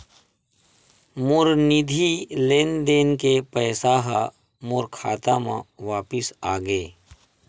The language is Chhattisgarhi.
मोर निधि लेन देन के पैसा हा मोर खाता मा वापिस आ गे